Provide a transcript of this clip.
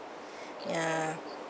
ya